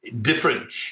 different